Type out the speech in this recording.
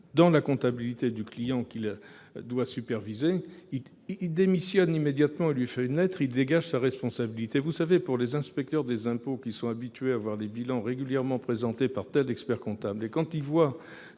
dans la comptabilité du client qu'il doit superviser, il démissionne immédiatement et lui fait une lettre, il dégage sa responsabilité. Pour les inspecteurs des impôts qui sont habitués à voir les bilans régulièrement présentés par tel expert-comptable, quand ils voient